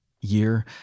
year